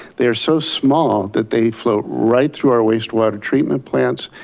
they are so small that they float right through our waste water treatment plants.